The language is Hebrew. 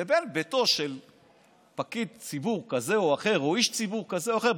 לבין ביתו של פקיד ציבור כזה או אחר או איש ציבור כזה או אחר,